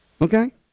Okay